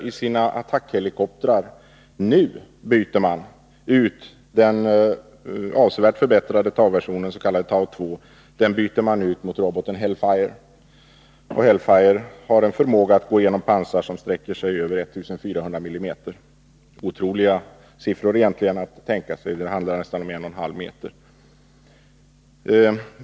I sina attackhelikoptrar byter de nu ut den avsevärt förbättrade TOW-versionen, den s.k. TOW 2, mot roboten Hellfire, som har förmåga att tränga igenom pansar på över 1400 mm. Det är otroliga siffror egentligen — det handlar om nästan en och en halv meter.